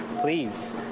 Please